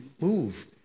move